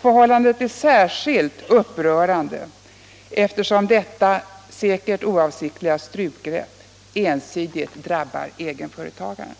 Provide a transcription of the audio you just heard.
Förhållandet är särskilt upprörande eftersom detta — säkert oavsiktliga — strupgrepp ensidigt drabbar egenföretagarna.